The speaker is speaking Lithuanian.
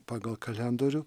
pagal kalendorių